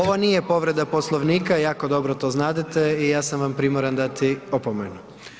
Ovo nije povreda Poslovnika, jako dobro to znadete i ja sam vam primoran dati opomenu.